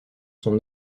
sont